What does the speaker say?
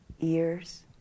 ears